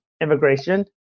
immigration